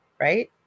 right